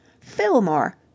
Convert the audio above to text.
Fillmore